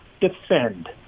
defend